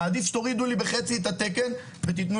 אני מעדיף שתורידו לי בחצי את התקן ותיתנו